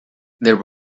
there